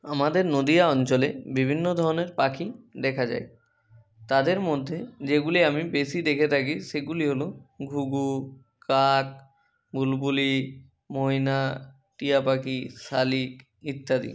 আমাদের নদীয়া অঞ্চলে বিভিন্ন ধরনের পাখি দেখা যায় তাদের মধ্যে যেগুলি আমি বেশি দেখে থাকি সেগুলি হলো ঘুঘু কাক বুলবুলি ময়না টিয়াপাখি শালিক ইত্যাদি